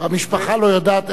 המשפחה לא יודעת איפה,